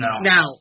Now